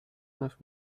neuf